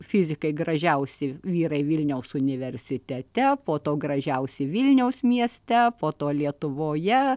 fizikai gražiausi vyrai vilniaus universitete po to gražiausi vilniaus mieste po to lietuvoje